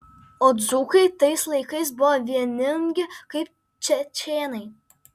o dzūkai tais laikais buvo vieningi kaip čečėnai